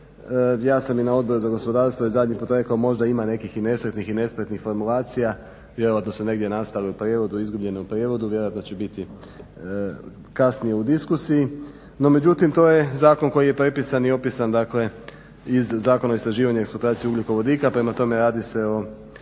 Ja sam i na Odboru za gospodarstvo i zadnji put rekao možda ima nekih i nesretnih i nespretnih formulacija, vjerojatno su negdje nastale u prijevodu, izgubljene u prijevodu, vjerojatno će biti kasnije u diskusiji. No međutim, to je zakon koji je prepisan i opisan iz Zakona o istraživanju eksploatacije ugljikovodika. Prema tome radi se o